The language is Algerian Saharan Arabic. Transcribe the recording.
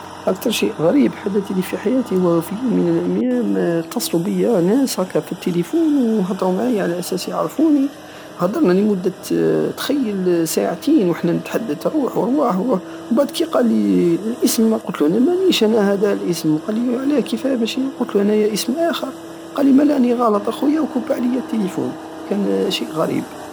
اكتر شيء غريب حدت لي في حياتي هو في يوم من التيام اتصلو بيا ناس هكا في التيليفون وهدرو معايا على اساس يعرفوني هدرنا لمدت تخيل ساعتين روح وارواه ومبعد كي قالي الاسم قوتلو انا مانيش انا هدا الاسم قالي لاكيفاه ماشي قوتلو انايا اسم اخر قالي مالى راني خالط سا خويا وكوبى علية التيليفون كان شيء غريب